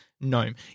gnome